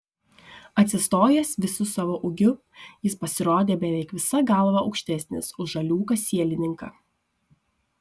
atsistojęs visu savo ūgiu jis pasirodė beveik visa galva aukštesnis už žaliūką sielininką